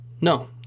No